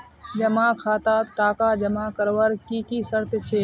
जमा खातात टका जमा करवार की की शर्त छे?